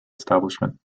establishment